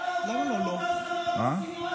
אתה עובד עבודה זרה בשנאה שלך.